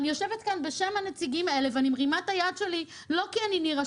אני יושבת כאן בשם הנציגים האלה ואני מרימה את היד שלי לא כי אני נירה